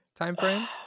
timeframe